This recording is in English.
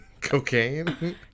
cocaine